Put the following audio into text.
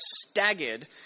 staggered